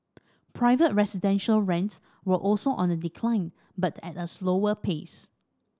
private residential rents were also on the decline but at a slower pace